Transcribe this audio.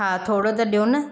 हा थोरो त ॾियो न